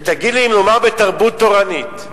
ותגיד לי, נאמר בתרבות תורנית,